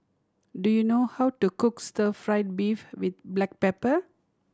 do you know how to cook stir fried beef with black pepper